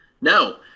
No